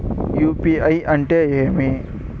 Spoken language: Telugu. యు.పి.ఐ అంటే ఏమి?